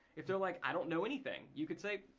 if they're like, i don't know anything, you could say,